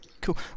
Cool